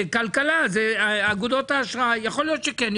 הכלכלה זה אגודות האשראי יכול להיות שכן,